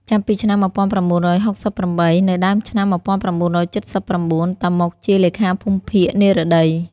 ចាប់ពីឆ្នាំ១៩៦៨ ដល់ដើមឆ្នាំ១៩៧៩ តាម៉ុក ជាលេខាភូមិភាគ និរតី ។